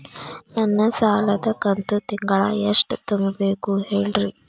ನನ್ನ ಸಾಲದ ಕಂತು ತಿಂಗಳ ಎಷ್ಟ ತುಂಬಬೇಕು ಹೇಳ್ರಿ?